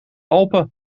alpen